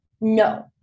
no